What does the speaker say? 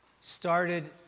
started